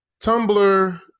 Tumblr